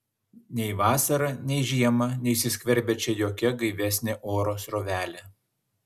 nei vasarą nei žiemą neįsiskverbia čia jokia gaivesnė oro srovelė